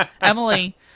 Emily